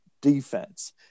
defense